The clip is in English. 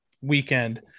weekend